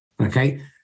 okay